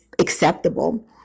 acceptable